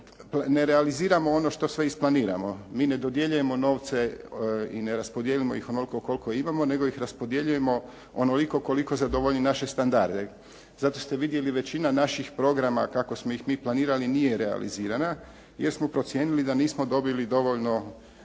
ne realiziramo ono što sve isplaniramo. Mi ne dodjeljujemo novce i ne raspodjeljujemo ih onoliko koliko imamo, nego ih raspodjeljujemo onoliko koliko zadovolji naše standarde. Zato ste vidjeli, većina naših programa kako smo ih mi planirali nije realizirana, jer smo procijenili da nismo dobili dovoljno